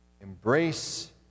Embrace